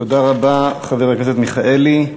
תודה רבה, חבר הכנסת מיכאלי.